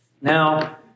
Now